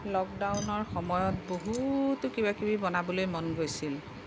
লকডাউনৰ সময়ত বহুত কিবা কিবি বনাবলৈ মন গৈছিল